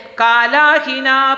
kalahina